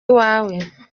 iwawe